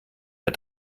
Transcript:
der